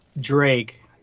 drake